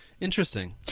interesting